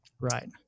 Right